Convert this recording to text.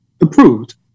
approved